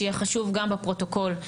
שיהיה חשוב גם בפרוטוקול,